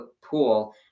pool